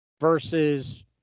versus